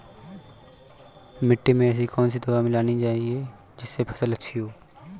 मिट्टी में ऐसी कौन सी दवा मिलाई जानी चाहिए जिससे फसल अच्छी हो?